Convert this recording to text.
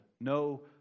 no